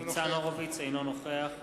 אינו נוכח